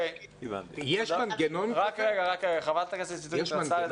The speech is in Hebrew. יש מנגנון כזה לפיצוי?